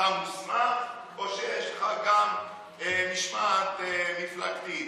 אתה מוסמך או שיש לך גם משמעת מפלגתית?